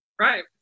Right